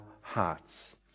hearts